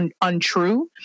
untrue